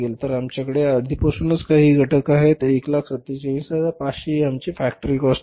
तर आमच्याकडे आधीपासूनच काही घटक आहेत एकूण 147500 हि आमची फॅक्टरी काॅस्ट आहे